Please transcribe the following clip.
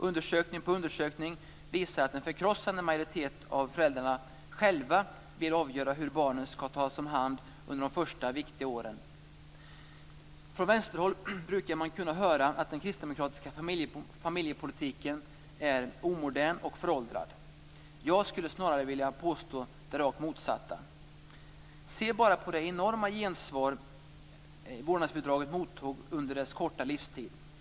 Undersökning på undersökning visar att en förkrossande majoritet av föräldrarna själva vill avgöra hur barnen skall tas om hand under de första viktiga åren. Från vänsterhåll brukar man kunna höra att den kristdemokratiska familjepolitiken är omodern och föråldrad. Jag skulle snarare vilja påstå det rakt motsatta. Se bara på det enorma gensvar vårdnadsbidraget mottog under dess korta livstid.